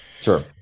Sure